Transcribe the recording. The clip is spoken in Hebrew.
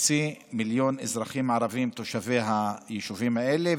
בכחצי מיליון אזרחים ערבים תושבי היישובים האלה,